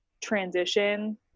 transition